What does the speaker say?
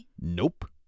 Nope